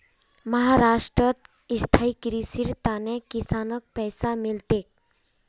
महाराष्ट्रत स्थायी कृषिर त न किसानक पैसा मिल तेक